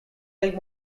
lake